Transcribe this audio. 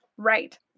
Right